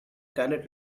cannot